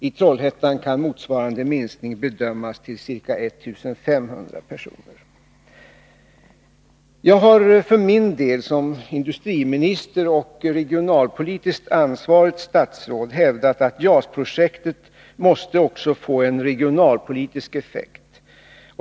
I Trollhättan kan motsvarande minskning uppskattas till ca 1500 personer. Jag har för min del som industriminister och som regionalpolitiskt ansvarigt statsråd hävdat att JAS-projektet också måste få en regionalpolitisk effekt.